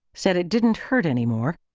said it didn't hurt any more,